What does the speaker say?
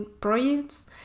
projects